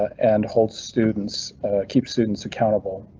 and holds students keep students accountable.